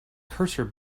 cursor